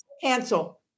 Cancel